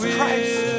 Christ